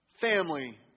family